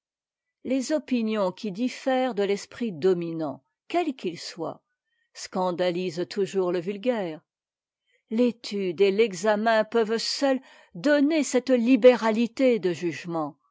les opinions qui diffèrent de l'esprit dominant quel qu'il soit scandalisent toujours le vulgaire l'étude et l'examen peuvent seuls donner cette libéralité de jugement